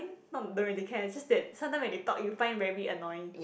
not don't really care just that sometime when they talk you find it very annoying